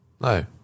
no